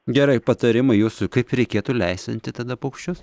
gerai patarimai jūsų kaip reikėtų lesinti tada paukščius